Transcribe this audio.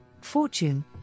Fortune